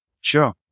Sure